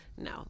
no